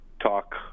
talk